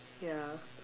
ya